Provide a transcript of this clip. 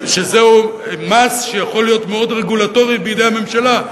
שזה מס שיכול להיות מאוד רגולטורי בידי הממשלה,